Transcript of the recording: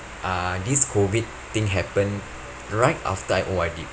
uh this COVID thing happen right after I O_R_D